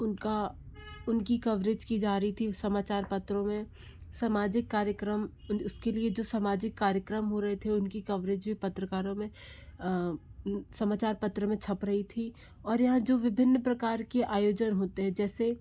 उनका उनकी कॉवरेज की जा रही थी उस समाचार पत्रों में सामाजिक कार्यक्रम उसके लिए जो समाजिक कार्यक्रम हो रहे थे उनकी भी कवरेज पत्रकारों में समाचार पत्र में छप रही थी और यहाँ जो विभिन्न प्रकार की आयोजन होते हैं जैसे